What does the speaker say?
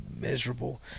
miserable